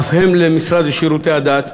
אף הם למשרד לשירותי הדת.